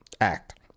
Act